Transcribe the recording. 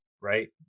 right